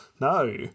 No